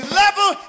level